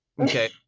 Okay